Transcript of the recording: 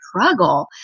struggle